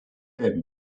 him